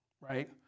right